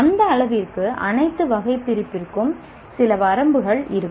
அந்த அளவிற்கு அனைத்து வகை பிரிப்பிற்கும் சில வரம்புகள் இருக்கும்